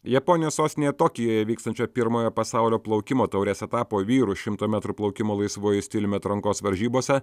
japonijos sostinėje tokijuje vykstančio pirmojo pasaulio plaukimo taurės etapo vyrų šimto metrų plaukimo laisvuoju stiliumi atrankos varžybose